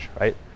right